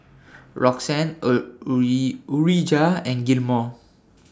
Roxane Urijah and Gilmore